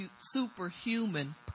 superhuman